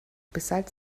besides